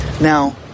now